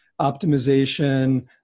optimization